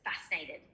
Fascinated